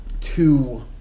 two